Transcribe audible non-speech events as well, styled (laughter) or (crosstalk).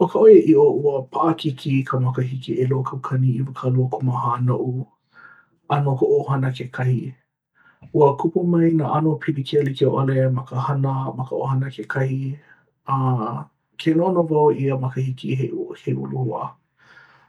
ʻO ka ʻoiaʻiʻo ua paʻakikī ka makahiki 2024 noʻu a no koʻu ʻohana kekahi. Ua kupu maila nā ʻano pilikia like ʻole ma ka hana a ma ka ʻohana kekahi. (hesitation) uh Ke noʻonoʻo wau i ia makahiki he he uluhua.